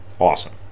awesome